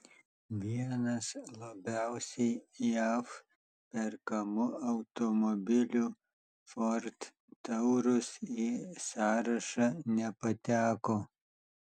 vienas labiausiai jav perkamų automobilių ford taurus į sąrašą nepateko